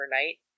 overnight